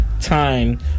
time